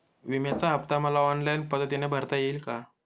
विम्याचा हफ्ता मला ऑनलाईन पद्धतीने भरता येईल का?